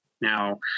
Now